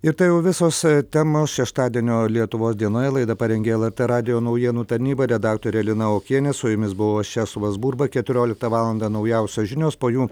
ir tai jau visos temos šeštadienio lietuvos dienoje laidą parengė lrt radijo naujienų tarnyba redaktorė lina okienė su jumis buvo česlovas burba keturioliktą valandą naujausios žinios po jų